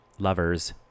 Lovers